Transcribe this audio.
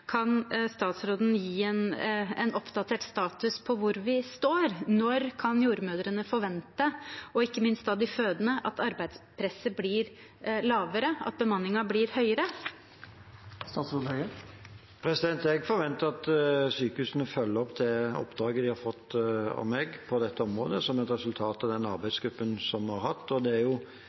Kan statsråden gi en oppdatert status på hvor vi står? Når kan jordmødrene – og ikke minst de fødende – forvente at arbeidspresset blir lavere, at bemanningen blir høyere? Jeg forventer at sykehusene følger opp det oppdraget de har fått av meg på dette området, som er et resultat av den arbeidsgruppen som vi har hatt. Det er